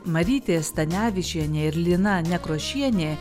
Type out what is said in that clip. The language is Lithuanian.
marytė stanevičienė ir lina nekrošienė